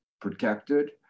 protected